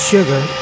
Sugar